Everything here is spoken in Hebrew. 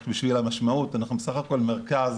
רק בשביל המשמעות, אנחנו בסך הכל מרכז